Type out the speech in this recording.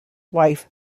wife